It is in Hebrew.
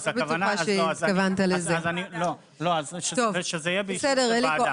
שיהיה באישור ועדה.